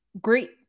Great